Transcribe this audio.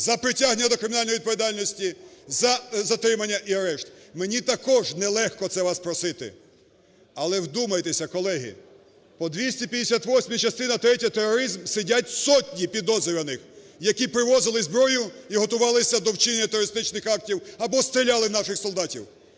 за притягнення до кримінальної відповідальності, за затримання і арешт. Мені також нелегко це вас просити, але вдумайтеся, колеги, по 258-й частина третя "Тероризм" сидять сотні підозрюваних, які привозили зброю і готувалися до вчинення терористичних актів або стріляли в наших солдатів.